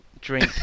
drink